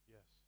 Yes